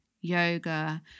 yoga